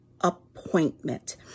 appointment